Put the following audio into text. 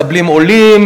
מקבלים עולים,